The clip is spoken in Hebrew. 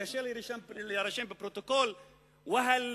שקשה לרשום בפרוטוקול: "והאל